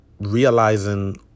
realizing